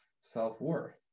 self-worth